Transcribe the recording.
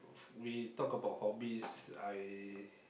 we talk about hobbies I